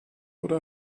oder